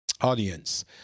audience